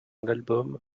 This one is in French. l’album